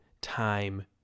time